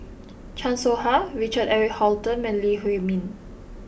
Chan Soh Ha Richard Eric Holttum and Lee Huei Min